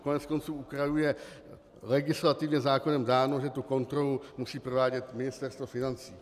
Koneckonců u krajů je legislativně zákonem dáno, že kontrolu musí provádět Ministerstvo financí.